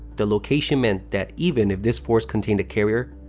the location meant that even if this force contained a carrier,